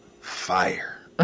fire